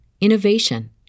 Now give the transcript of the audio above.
innovation